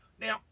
Now